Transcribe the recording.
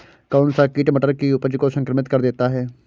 कौन सा कीट मटर की उपज को संक्रमित कर देता है?